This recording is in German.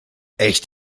echt